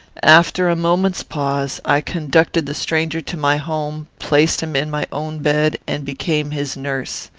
after a moment's pause, i conducted the stranger to my home, placed him in my own bed, and became his nurse.